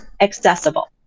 accessible